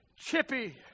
Chippy